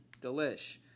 delish